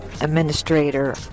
administrator